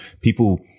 people